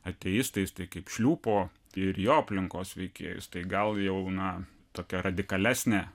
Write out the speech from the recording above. ateistais tai kaip šliūpo ir jo aplinkos veikėjus tai gal jau na tokia radikalesnė